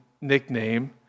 nickname